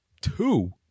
Two